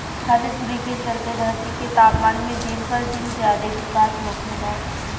हरितगृह के चलते धरती के तापमान में दिन पर दिन ज्यादे बिकास होखेला